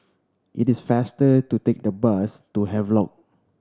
it is faster to take the bus to Havelock